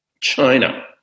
China